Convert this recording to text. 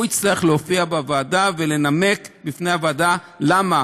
הוא יצטרך להופיע בוועדה ולנמק בפני הוועדה למה